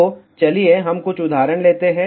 तो चलिए हम कुछ उदाहरण लेते हैं